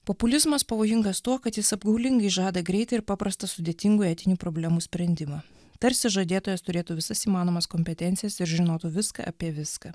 populizmas pavojingas tuo kad jis apgaulingai žada greitą ir paprastą sudėtingų etinių problemų sprendimą tarsi žadėtojas turėtų visas įmanomas kompetencijas ir žinotų viską apie viską